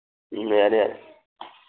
ꯎꯝ ꯌꯥꯅꯤ ꯌꯥꯅꯤ